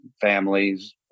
families